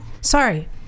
Sorry